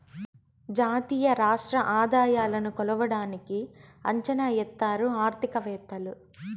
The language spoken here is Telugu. జాతీయ రాష్ట్ర ఆదాయాలను కొలవడానికి అంచనా ఎత్తారు ఆర్థికవేత్తలు